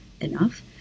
enough